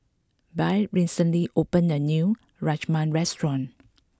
Byrd recently opened a new Rajma restaurant